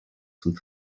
zum